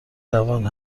جوان